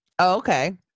okay